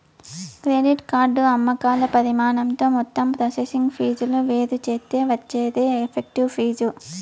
credit card అమ్మకాల పరిమాణంతో మొత్తం ప్రాసెసింగ్ ఫీజులు వేరుచేత్తే వచ్చేదే ఎఫెక్టివ్ ఫీజు